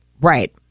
Right